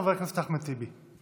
חבר הכנסת אחמד טיבי.